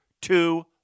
two